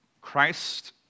Christ